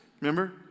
remember